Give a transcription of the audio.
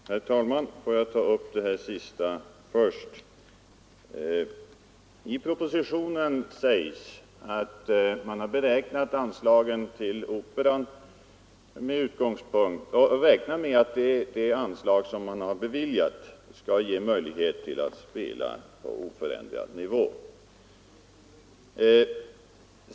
Herr talman! Får jag börja med det som herr Mattsson i Lane-Herrestad sist berörde. I propositionen sägs att man räknar med att det beviljade anslaget skall ge möjlighet att spela på oförändrad nivå.